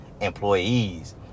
employees